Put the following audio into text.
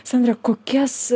sandra kokias